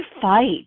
fight